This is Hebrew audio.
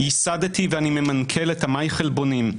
ייסדתי ואני מנכ"ל של אמאי חלבונים,